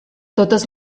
totes